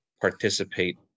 participate